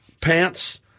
pants